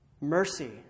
mercy